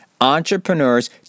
Entrepreneurs